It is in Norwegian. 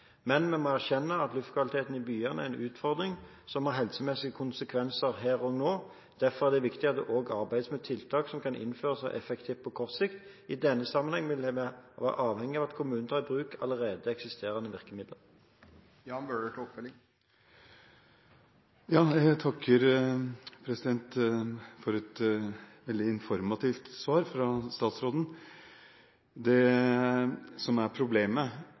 Men vi må erkjenne at luftkvaliteten i byene er en utfordring som har helsemessige konsekvenser her og nå. Derfor er det viktig at det òg arbeides med tiltak som kan innføres og ha effekt på kortere sikt. I denne sammenheng vil vi òg være avhengig av at kommunene tar i bruk alle eksisterende virkemidler. Jeg takker for et veldig informativt svar fra statsråden. Det som er problemet,